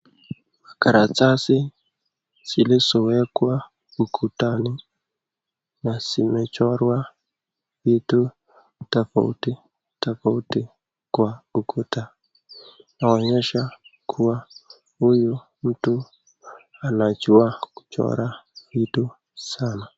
Karatasi zilizowekwa ukutani na zimechorwa mtu tofauti tofauti kwa ukuta. Inaonyesha kuwa huyu mtu anajua kuchora mtu sana.